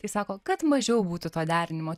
tai sako kad mažiau būtų to derinimo